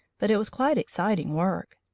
but it was quite exciting work.